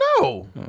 No